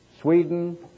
Sweden